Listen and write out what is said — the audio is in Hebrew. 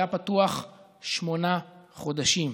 התיק הזה היה פתוח שמונה חודשים,